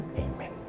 Amen